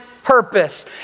Purpose